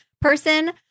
person